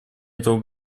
этого